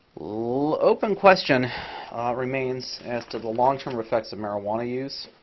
open question remains as to the long-term effects of marijuana use.